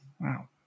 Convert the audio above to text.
Wow